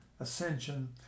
Ascension